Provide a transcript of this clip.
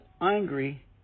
angry